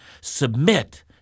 submit